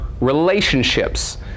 relationships